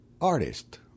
Artist